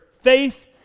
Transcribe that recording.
faith